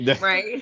right